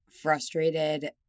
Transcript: frustrated